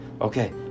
okay